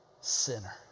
sinner